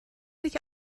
ich